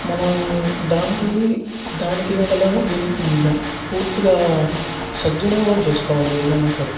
మనం దానికి దానికి ఉండలేము దీనికి ఉండలేము పూర్తిగా సద్వినియోగం చేసుకోవాలి ఏదైనా సరే